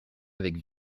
avec